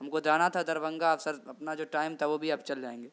ہم کو جانا تھا دربھنگہ سر اپنا جو ٹائم تھا وہ بھی اب چل جائیں گے